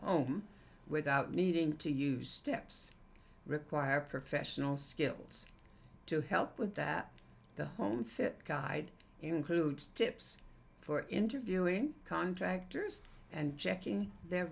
home without needing to use steps require professional skills to help with that the home fit guide includes tips for interviewing contractors and checking their